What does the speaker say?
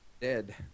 dead